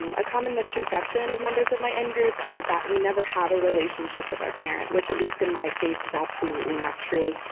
um a common misconception of members of my in-group is that we never have a relationship with our parent, which at least in my case is absolutely not true.